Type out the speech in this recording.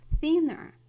thinner